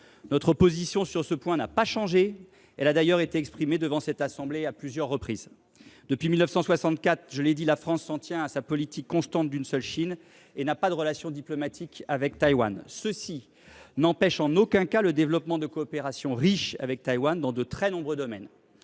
Notre position sur ce point n’a pas changé ; elle a d’ailleurs été exprimée devant cette assemblée à plusieurs reprises. Je l’ai indiqué, la France s’en tient depuis 1964 à sa politique constante d’une seule Chine et n’a pas de relations diplomatiques avec Taïwan. Cela n’empêche en aucun cas le développement de coopérations riches avec Taïwan dans de très nombreux domaines.